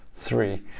three